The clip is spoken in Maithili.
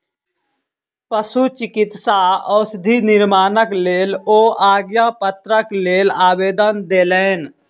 पशुचिकित्सा औषधि निर्माणक लेल ओ आज्ञापत्रक लेल आवेदन देलैन